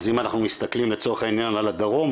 אז אם אנחנו מסתכלים לצורך העניין על הדרום,